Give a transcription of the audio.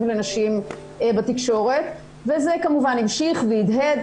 לנשים בתקשורת וזה כמובן המשיך והדהד.